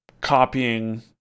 copying